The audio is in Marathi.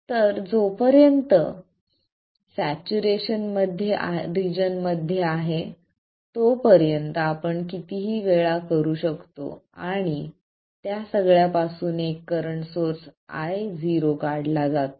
तर जो पर्यंत सॅच्युरेशन रिजन मध्ये आहे तो पर्यंत आपण कितीही वेळा करू शकतो आणि त्या सगळ्या पासून एक करंट सोर्स Io काढला जातो